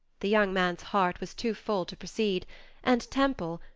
the young man's heart was too full to proceed and temple,